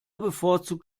bevorzugt